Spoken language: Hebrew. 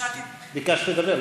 ביקשת לדבר,